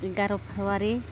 ᱮᱜᱟᱨᱚ ᱯᱷᱮᱵᱽᱨᱩᱣᱟᱨᱤ